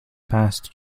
past